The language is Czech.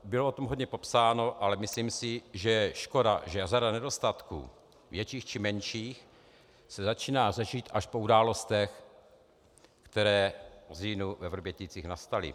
Bylo o tom hodně popsáno, ale myslím si, že je škoda, že řada nedostatků větších či menších se začíná řešit až po událostech, které v říjnu ve Vrběticích nastaly.